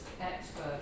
expert